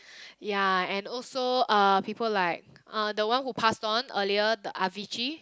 ya and also uh people like uh the one who passed on earlier the Avicii